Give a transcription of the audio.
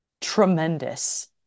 tremendous